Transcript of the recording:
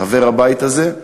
חבר הבית הזה,